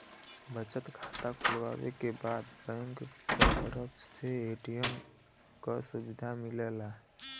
बचत खाता खुलवावे के बाद बैंक क तरफ से ए.टी.एम क सुविधा मिलला